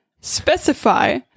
specify